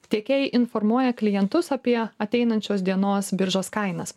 tiekėjai informuoja klientus apie ateinančios dienos biržos kainas